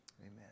amen